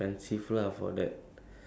but then that time I was